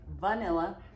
vanilla